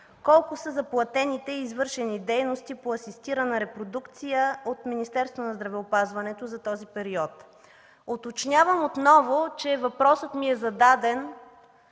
Колко са заплатените и извършени дейности по асистирана репродукция от Министерството на здравеопазването за този период? Уточнявам пак, че въпросът ми е зададен